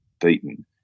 beaten